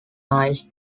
mills